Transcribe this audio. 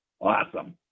Awesome